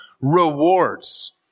rewards